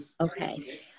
okay